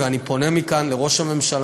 ואני פונה מכאן לראש הממשלה,